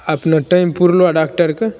अपना टाइम पुरलो आ डाक्टरके